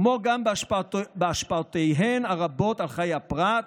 כמו גם בהשפעותיהן הרבות על חיי הפרט,